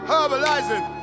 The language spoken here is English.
Herbalizing